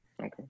Okay